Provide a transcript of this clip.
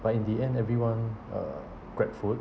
but in the end everyone uh GrabFood